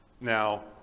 Now